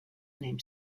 named